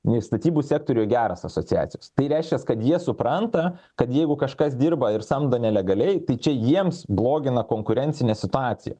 nei statybų sektoriuje geros asociacijos tai reiškia kad jie supranta kad jeigu kažkas dirba ir samdo nelegaliai tai čia jiems blogina konkurencinę situaciją